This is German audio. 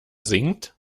singt